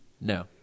No